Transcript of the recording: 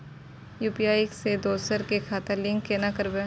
UPI से दोसर के खाता लिंक केना करबे?